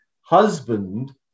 husband